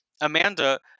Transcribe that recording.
Amanda